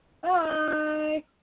Bye